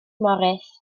morris